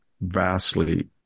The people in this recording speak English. vastly